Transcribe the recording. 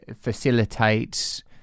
Facilitates